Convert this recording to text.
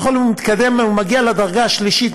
הוא מגיע לדרגה השלישית,